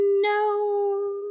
No